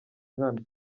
nkana